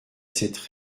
cette